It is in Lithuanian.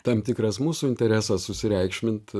tam tikras mūsų interesas susireikšmint